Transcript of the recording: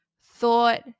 thought